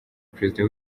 perezida